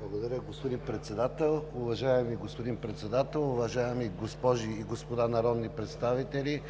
Благодаря, господин Председател. Уважаеми господин Председател, уважаеми госпожи и господа народни представители,